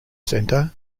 centre